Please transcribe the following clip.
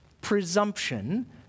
presumption